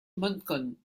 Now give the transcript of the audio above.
moncton